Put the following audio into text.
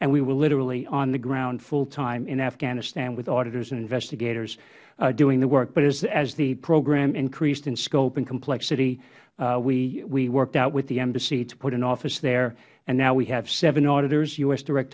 and we were literally on the ground full time in afghanistan with auditors and investigators doing the work but as the program increased in scope and complexity we worked out with the embassy to put an office there and now we have seven auditors u s direct